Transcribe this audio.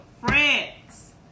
friends